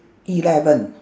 eleven